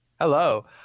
Hello